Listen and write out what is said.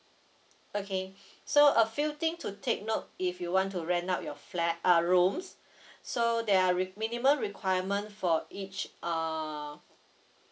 okay so a few thing to take note if you want to rent out your fla~ uh rooms so there are re~ minimum requirement for each uh